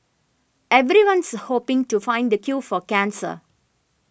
everyone's hoping to find the cure for cancer